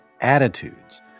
attitudes